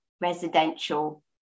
residential